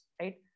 right